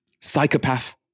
psychopath